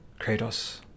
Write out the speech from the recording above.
kratos